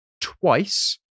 twice